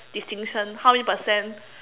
distinction how many percent